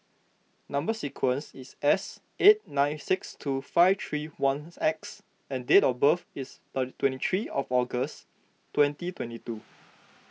Number Sequence is S eight nine six two five three one X and date of birth is twenty three August twenty twenty two